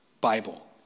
Bible